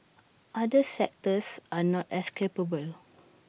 other sectors are not as capable